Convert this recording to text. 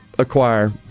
acquire